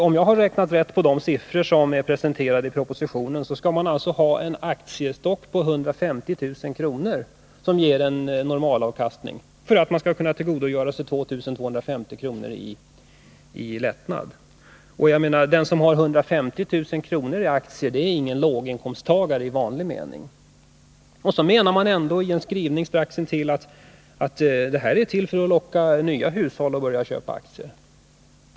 Om jag räknat rätt på de siffror som är presenterade i propositionen skall man alltså ha en aktiestock på 150 000 kr., som ger normal avkastning, för att kunna tillgodogöra sig 2 250 kr. i skattelättnad. Och den som har 150 000 kr. i aktier är ingen låginkomsttagare i vanlig mening. Sedan anför man ändå i en skrivning strax intill att detta är till för att locka nya hushåll att börja köpa aktier.